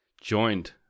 joined